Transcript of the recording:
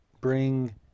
Bring